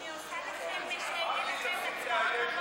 מרגי, תפסיק לאיים כל הזמן.